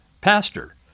pastor